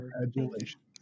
Congratulations